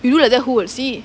you do like that who will see